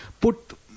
put